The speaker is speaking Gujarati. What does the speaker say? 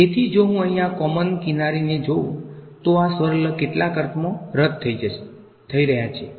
તેથી જો હું અહીં આ કોમન કિનારીને જોઉં તો આ સ્વર્લ કેટલાક અર્થમાં રદ થઈ રહ્યા છે